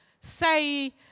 say